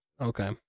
Okay